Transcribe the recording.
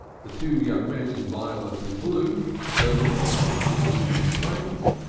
the two young men in violet and blue skirmished on uncle jim's flanks,